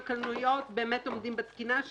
קלנועיות באמת עומדות בתקינה של קלנועיות.